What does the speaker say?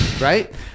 Right